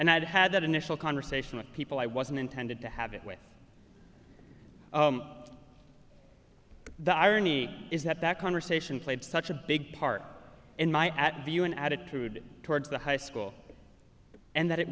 and i had had that initial conversation with people i wasn't intended to have it with the irony is that that conversation played such a big part in my at the un attitude towards the high school and that it